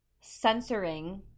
censoring